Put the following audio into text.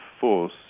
force